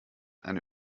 eine